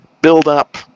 build-up